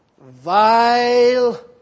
Vile